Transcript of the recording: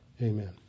Amen